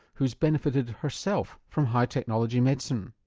who has benefited herself from high technology medicine.